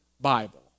Bible